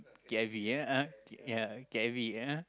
K_I_V ya uh ya K_I_V uh